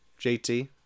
JT